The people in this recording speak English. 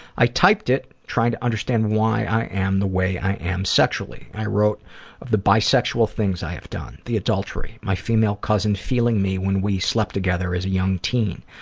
i typed it trying to decide why i am the way i am sexually. i wrote of the bi-sexual things i have done, the adultery, my female cousin feeling me when we slept together as a young teen,